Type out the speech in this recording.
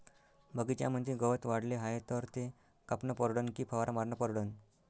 बगीच्यामंदी गवत वाढले हाये तर ते कापनं परवडन की फवारा मारनं परवडन?